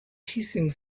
hissing